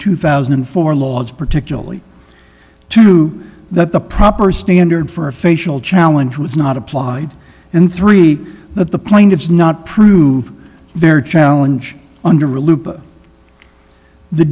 two thousand and four laws particularly two that the proper standard for a facial challenge was not applied in three that the plaintiffs not prove their challenge under loop the